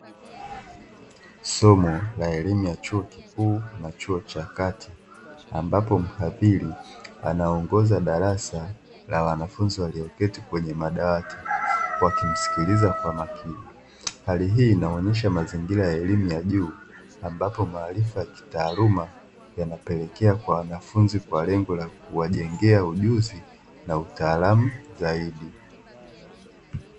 Somo la elimu ya chuo kikuu na chuo cha kati ambapo mhadhiri anaongoza darasa la wanafunzi walio keti kwenye madawati wakimsikiliza kwa makini, hali hii inaonyesha mazingira ya elimu ya juu ambapo maarifa ya kitaaluma yanapelekea kwa wanafunzi kwa lengo la kuwajengea ujuzi na utaalamu zaidi.